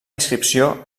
inscripció